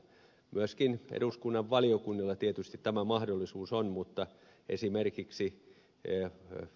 myöskin eduskunnan valiokunnilla tietysti tämä mahdollisuus on mutta esimerkiksi enää ole